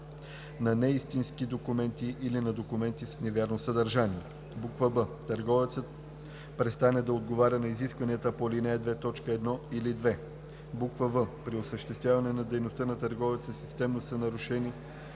на неистински документи или на документи с невярно съдържание; б) търговецът престане да отговаря на изискванията по ал. 2, т. 1 или 2; в) при осъществяване на дейността на търговеца системно са нарушени